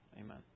Amen